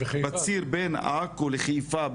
בציר בין עכו לחיפה.